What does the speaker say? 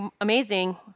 amazing